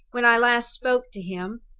when i last spoke to him,